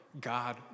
God